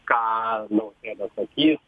ką nausėda sakys